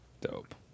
dope